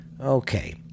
Okay